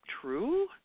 true